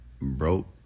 broke